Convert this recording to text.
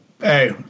Hey